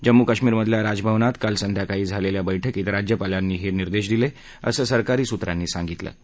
जम्मू कश्मीरमधल्या राजभवनात काल संध्याकाळी झालेल्या बैठकीत राज्यपालांनी हे निर्देश दिले असं सरकारी सूत्रांनी सांगितलं आहे